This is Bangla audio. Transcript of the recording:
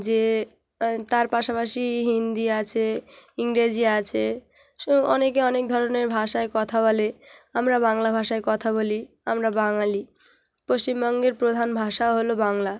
যে তার পাশাপাশি হিন্দি আছে ইংরেজি আছে অনেকে অনেক ধরনের ভাষায় কথা বলে আমরা বাংলা ভাষায় কথা বলি আমরা বাঙালি পশ্চিমবঙ্গের প্রধান ভাষা হলো বাংলা